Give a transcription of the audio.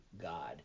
God